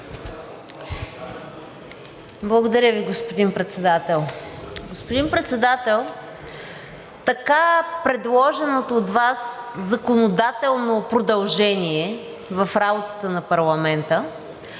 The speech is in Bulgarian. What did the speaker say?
Благодаря Ви, господин Председател. Господин Председател, така предложеното от Вас законодателно продължение в работата на парламента